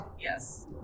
yes